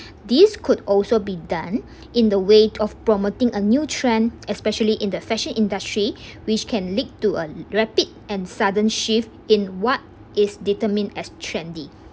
these could also be done in the way of promoting a new trend especially in the fashion industry which can lead to a rapid and sudden shift in what is determined as trendy